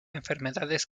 enfermedades